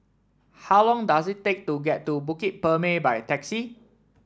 how long does it take to get to Bukit Purmei by taxi